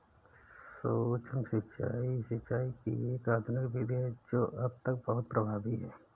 सूक्ष्म सिंचाई, सिंचाई की एक आधुनिक विधि है जो अब तक बहुत प्रभावी है